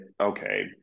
okay